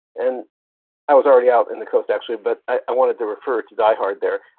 and i was already out in the coast actually, but i wanted to refer to die hard there.